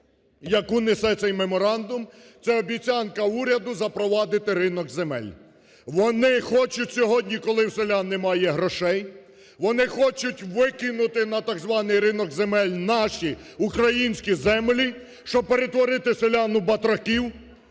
яку несе цей Меморандум – це обіцянка уряду запровадити ринок земель, вони хочуть сьогодні, коли у селян немає грошей, вони хочуть викинути на так званий ринок земель, наші українські землі, щоб перетворити селян у батраків,